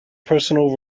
personal